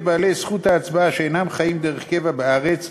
בעלי זכות הצבעה שאינם חיים דרך קבע בארץ,